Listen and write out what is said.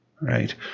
right